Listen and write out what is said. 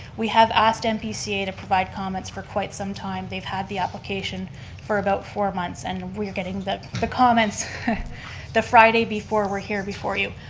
we have asked npca to provide comments for quite some time. they've had the application for about four months and we are getting the the comments the friday before we're here before you,